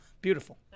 Beautiful